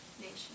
nation